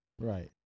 Right